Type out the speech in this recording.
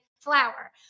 flour